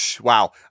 wow